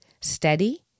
steady